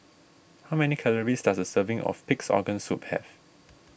how many calories does a serving of Pig's Organ Soup have